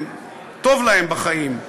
וטוב להם בחיים,